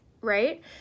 right